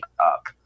up